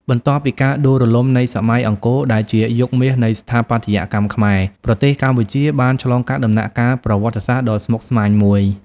បន្ទាប់ពីការដួលរលំនៃសម័យអង្គរ ដែលជាយុគមាសនៃស្ថាបត្យកម្មខ្មែរ ប្រទេសកម្ពុជាបានឆ្លងកាត់ដំណាក់កាលប្រវត្តិសាស្ត្រដ៏ស្មុគស្មាញមួយ។